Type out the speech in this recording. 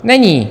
Není.